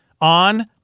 on